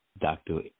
Dr